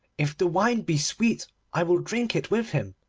if the wine be sweet i will drink it with him,